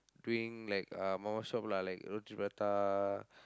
doing like uh mama shop lah like roti-prata